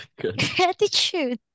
Gratitude